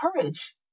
courage